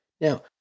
Now